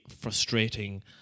frustrating